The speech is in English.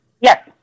Yes